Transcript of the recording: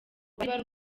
bari